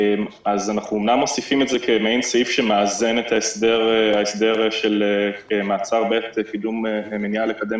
אנחנו אומנם מוסיפים את ההסדר של מעצר בעת מניעה לקדם